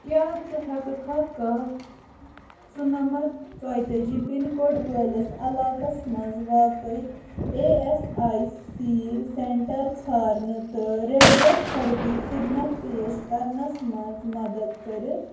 کیٛاہ ژٕ ہیٚکھا کہہ ژُنَمَتھ ژۄیتٲجی پِن کوڈ وٲلِس علاقس مَنٛز واقع A S I C centre ژھانڈنہٕ تہٕ ریڈِیو تٔھرپی خدمت پیش کرنس مَنٛز مدد کٔرِتھ